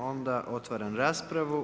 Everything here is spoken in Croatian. Onda otvaram raspravu.